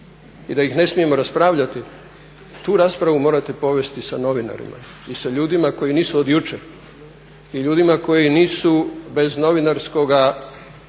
i da ih ne smijemo raspravljati tu raspravu morate povesti sa novinarima i sa ljudima koji nisu od jučer i ljudima koji nisu bez novinarskoga